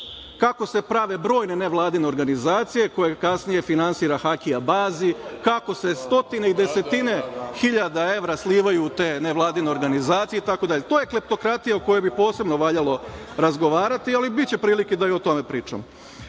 kako se prave brojne nevladine organizacije koje kasnije finansira Haki Abazi, kako se stotine i desetine hiljada evra slivaju u te nevladine organizacije itd. To je kleptokratija o kojoj bi posebno valjalo razgovarati, ali biće prilike da i o tome pričamo. Što